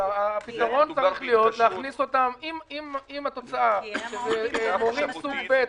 אם התוצאה היא מורים סוג ב',